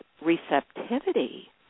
receptivity